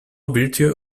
virtue